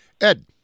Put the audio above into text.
Ed